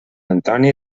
antoni